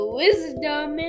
wisdom